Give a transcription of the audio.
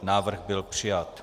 Návrh byl přijat.